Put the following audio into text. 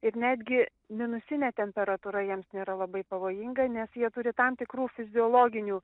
ir netgi minusinė temperatūra jiems nėra labai pavojinga nes jie turi tam tikrų fiziologinių